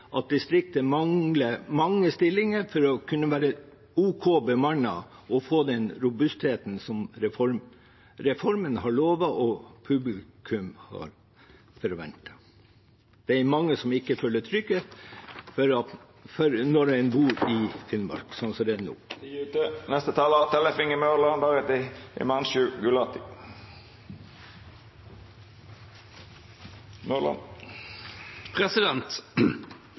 at distriktet mangler mange stillinger for å kunne være ok bemannet og få den robustheten som reformen har lovet og publikum har forventet. Det er mange som ikke føler seg trygge når de bor i Finnmark, sånn som det er nå.